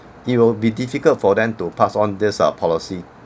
it will be difficult for them to pass on this uh policy